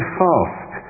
fast